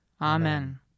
Amen